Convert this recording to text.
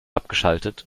abgeschaltet